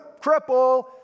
cripple